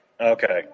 Okay